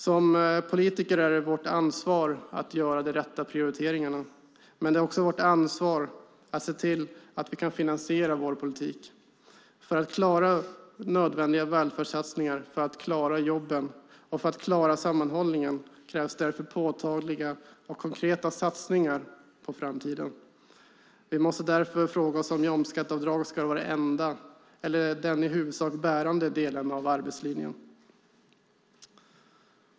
Som politiker är det vårt ansvar att våga göra de rätta prioriteringarna. Men det är också vårt ansvar att se till att vi kan finansiera vår politik. För att klara nödvändiga välfärdssatsningar, för att klara jobben och för att klara sammanhållningen krävs därför påtagliga och konkreta satsningar på framtiden. Vi måste därför fråga oss om jobbskatteavdraget ska vara den enda, eller den i huvudsak bärande, delen av arbetslinjen.